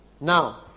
Now